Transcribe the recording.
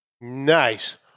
Nice